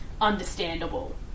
understandable